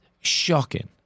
shocking